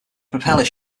propeller